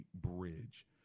bridge